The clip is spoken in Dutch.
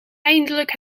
eindelijk